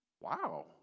Wow